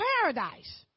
paradise